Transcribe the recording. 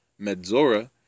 Medzora